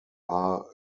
are